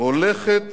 הולכת